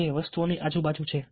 જે વસ્તુઓની બાજુ છે